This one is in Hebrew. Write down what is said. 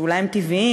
שאולי הם טבעיים,